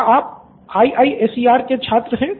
student 1 क्या आप IISER के छात्र हैं